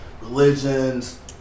religions